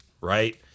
right